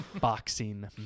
boxing